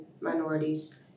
minorities